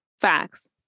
Facts